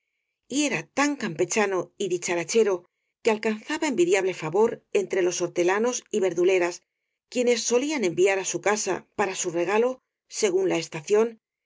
y era tan campechano y dicharachero que alcanzaba en vidiable favor entre los hortelanos y verduleras quienes solían enviar á su casa para su regalo según la estación